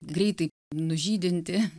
greitai nužydinti